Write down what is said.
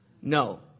No